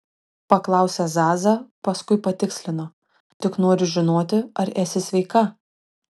paklausė zaza paskui patikslino tik noriu žinoti ar esi sveika